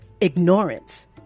ignorance